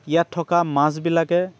ইয়াত থকা মাছবিলাকে